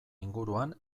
inguruan